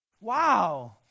Wow